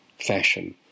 fashion